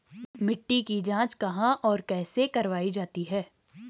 मिट्टी की जाँच कहाँ और कैसे करवायी जाती है?